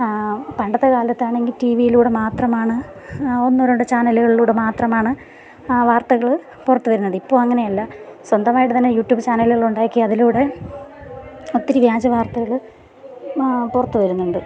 പണ്ടത്തെ കാലത്ത് ആണെങ്കിൽ ടി വി യിലൂടെ മാത്രമാണ് ഒന്നോ രണ്ടോ ചാനലുകളിൽ കൂടെ മാത്രമാണ് ആ വാർത്തകൾ പുറത്തുവരുന്നത് ഇപ്പോൾ അങ്ങനെയല്ല സ്വന്തമായിട്ടുതന്നെ യൂട്യൂബ് ചാനൽ ഉണ്ടാക്കി അതിലൂടെ ഒത്തിരി വ്യാജ വാർത്തകൾ പുറത്തുവരുന്നുണ്ട്